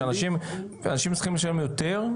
אנשים צריכים לשלם יותר?